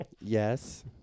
yes